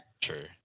True